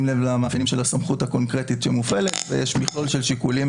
לב למאפיינים של הסמכות הקונקרטית שמופעלת ויש מכלול של שיקולים